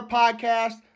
podcast